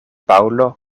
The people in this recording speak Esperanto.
paŭlo